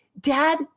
dad